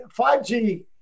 5G